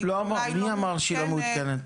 --- מי אמר שהיא לא מעודכנת?